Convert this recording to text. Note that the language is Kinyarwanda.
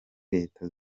leta